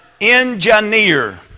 engineer